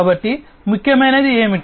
కాబట్టి ముఖ్యమైనది ఏమిటి